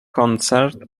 concert